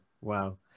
wow